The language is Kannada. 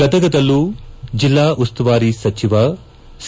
ಗದಗನಲ್ಲಿ ಜಿಲ್ಲಾ ಉಸ್ತುವಾರಿ ಸಚಿವ ಸಿ